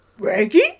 Reggie